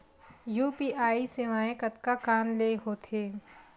UPI सेवाएं कतका कान ले हो थे?